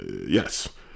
Yes